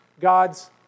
God's